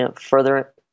further